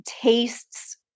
tastes